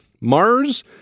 Mars